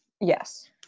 Yes